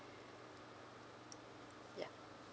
ya